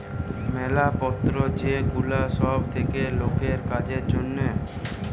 মাল পত্র যে গুলা সব থাকে লোকের কাজের জন্যে